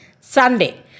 Sunday